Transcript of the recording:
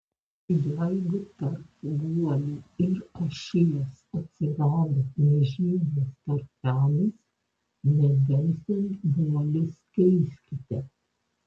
jeigu tarp guolių ir ašies atsirado nežymus tarpelis nedelsiant guolius keiskite